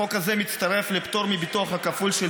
החוק הזה מתווסף לפטור מביטוח כפול של